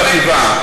מה זה קשור לחטיבה?